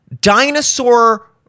dinosaur